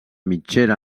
mitgera